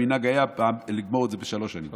המנהג היה לגמור את זה בשלוש שנים,